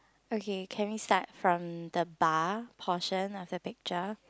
okay can we start from the bar portion after the picture